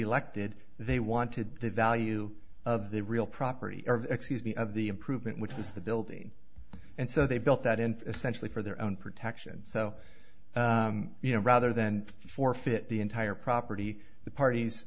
elected they wanted the value of the real property excuse me of the improvement which was the building and so they built that in a century for their own protection so you know rather than forfeit the entire property the parties